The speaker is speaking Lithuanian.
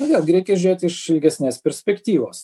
vėlgi reikia žiūrėti iš ilgesnės perspektyvos